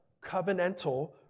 covenantal